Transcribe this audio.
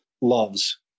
Loves